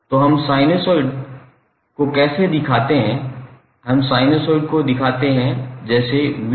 So how do we represent the sinusoid we represent sinusoid like 𝑣𝑡𝑉𝑚sin𝜔𝑡 तो हम sinusoid को कैसे दिखाते करते हैं हम साइनसॉइड को दिखाते हैं जैसे 𝑣𝑡𝜔𝑡sin𝜔𝑡